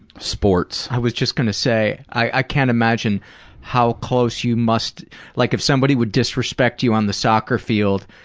sports. i was just gonna say i, i can't imagine how close you must like if somebody would disrespect you on the soccer field,